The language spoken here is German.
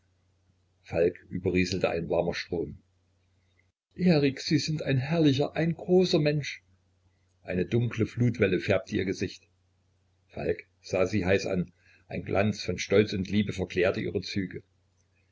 falk überrieselte ein warmer strom erik sie sind ein herrlicher ein großer mensch eine dunkle flutwelle färbte ihr gesicht falk sah sie heiß an ein glanz von stolz und liebe verklärte ihre züge